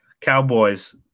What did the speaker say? Cowboys